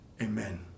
amen